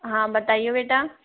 हाँ बताइये बेटा